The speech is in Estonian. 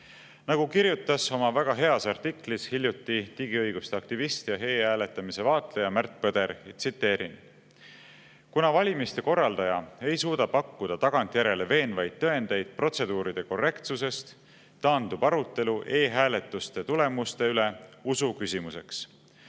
Nagu kirjutas oma väga heas artiklis hiljuti digiõiguste aktivist ja e-hääletamise vaatleja Märt Põder (tsiteerin): "Kuna valimiste korraldaja ei suuda pakkuda tagantjärele veenvaid tõendeid protseduuride korrektsusest, taandub arutelu e-hääletuste tulemuste üle usuküsimuseks.